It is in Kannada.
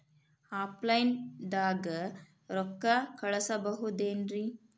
ಆಫ್ಲೈನ್ ದಾಗ ರೊಕ್ಕ ಕಳಸಬಹುದೇನ್ರಿ?